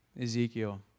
Ezekiel